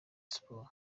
sports